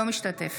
אינו משתתף